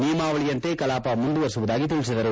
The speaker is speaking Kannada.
ನಿಯಮಾವಳಿಯಂತೆ ಕಲಾಪ ಮುಂದುವರೆಸುವುದಾಗಿ ತಿಳಿಸಿದರು